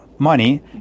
money